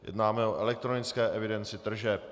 Jednáme o elektronické evidenci tržeb.